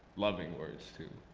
loving words, too.